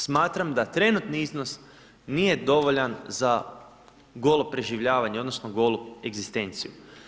Smatram da trenutni iznos nije dovoljan za golo preživljavanje odnosno golu egzistenciju.